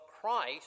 Christ